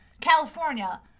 California